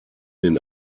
den